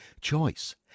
choice